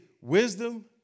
wisdom